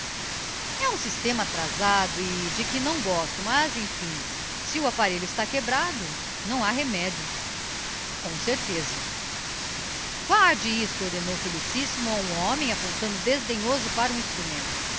e um systema atrazado e de que não gosto mas emfim s o apparelho está quebrado não ha remédio com certeza guarde isto ordenou felicissimo a um homem apontando desdenhoso para o instrumento